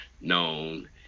known